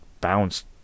bounced